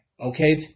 Okay